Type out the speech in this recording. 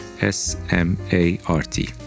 s-m-a-r-t